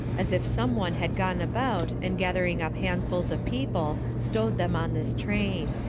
as if some one had gone about, and gathering up handfuls of people stowed them on this train.